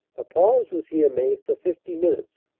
a pause was here made for fifty minutes,